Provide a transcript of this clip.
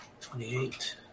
twenty-eight